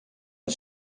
een